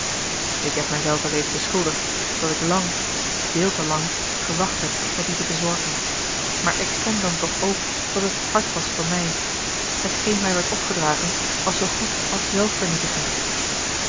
ik heb mij zelven reeds beschuldigd dat ik lang veel te lang gewacht heb met dien te bezorgen maar erken dan toch ook dat het hard was voor mij hetgeen mij werd opgedragen was zoo goed als